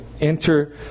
enter